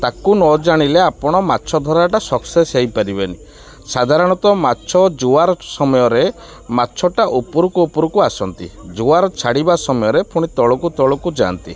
ତାକୁ ନ ଜାଣିଲେ ଆପଣ ମାଛ ଧରାଟା ସକ୍ସେସ୍ ହେଇପାରିବେନି ସାଧାରଣତଃ ମାଛ ଯୁଆର ସମୟରେ ମାଛଟା ଉପୁରୁକୁ ଉପୁରୁକୁ ଆସନ୍ତି ଯୁଆର ଛାଡ଼ିବା ସମୟରେ ଫୁଣି ତଳକୁ ତଳକୁ ଯାଆନ୍ତି